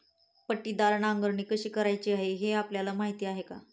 पट्टीदार नांगरणी कशी करायची हे आपल्याला माहीत आहे का?